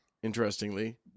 Interestingly